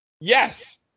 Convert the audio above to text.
Yes